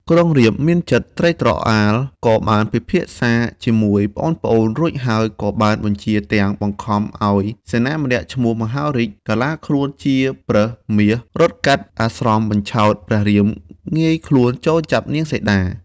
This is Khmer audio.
ក្រុងរាពណ៍មានចិត្តត្រេកត្រអាលក៏បានពិភាក្សាជាមួយប្អូនៗរួចហើយក៏បានបញ្ជាទាំង បង្ខំឱ្យសេនាម្នាក់ឈ្មោះ មហារីក កាឡាខ្លួនជាប្រើសមាស រត់កាត់អាស្រមបញ្ឆោតព្រះរាម ងាយខ្លួនចូលចាប់នាងសីតា។